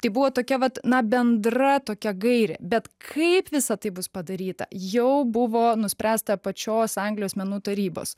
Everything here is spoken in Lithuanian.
tai buvo tokia vat na bendra tokia gairė bet kaip visa tai bus padaryta jau buvo nuspręsta pačios anglijos menų tarybos